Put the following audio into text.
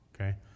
Okay